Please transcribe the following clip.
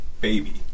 baby